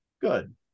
Good